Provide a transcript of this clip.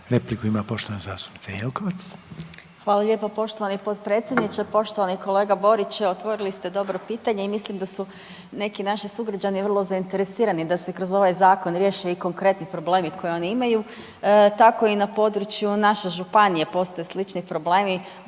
Jelkovac. **Jelkovac, Marija (HDZ)** Hvala lijepo poštovani potpredsjedniče, poštovani kolega Borić, otvorili ste dobro pitanje i mislim da su neki naši sugrađani vrlo zainteresirani da se kroz ovaj Zakon riješe i konkretni problemi koje oni imaju. Tako i na području naše županije postoje slični problemi